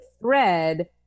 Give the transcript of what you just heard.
thread